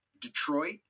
Detroit